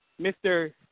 Mr